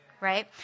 right